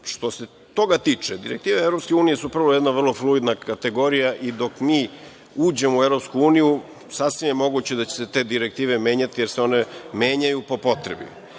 Što se toga tiče, direktive EU su prvo jedna vrlo fluidna kategorija i dok mi uđemo u EU sasvim je moguće da će se te direktive menjati jer se one menjaju po potrebi.